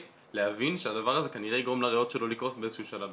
להבין שהדבר הזה כנראה יגרום לריאות שלו לקרוס באיזה שהוא שלב.